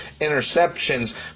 interceptions